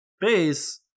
base